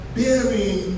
bearing